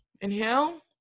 Inhale